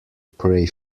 pray